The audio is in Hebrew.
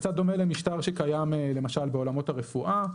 זה קצת דומה למשטר שקיים למשל בעולמות הרפואה.